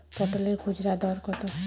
পটলের খুচরা দর কত?